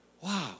Wow